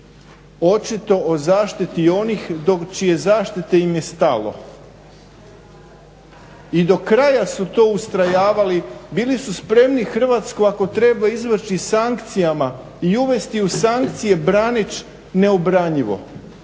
očito o zaštiti onih do čije zaštite im je stalo. I do kraja su to ustrajavali, bili su spremni Hrvatsku ako treba izvrći sankcijama i uvesti u sankcije braneći neobranjivo.